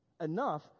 enough